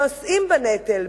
נושאים בנטל,